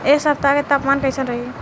एह सप्ताह के तापमान कईसन रही?